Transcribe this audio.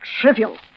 trivial